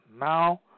now